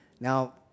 Now